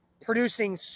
producing